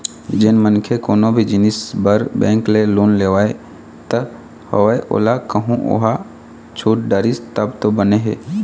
जेन मनखे कोनो भी जिनिस बर बेंक ले लोन लेवत हवय ओला कहूँ ओहा छूट डरिस तब तो बने हे